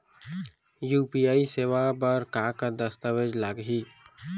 UPI सेवा बर का का दस्तावेज लागही?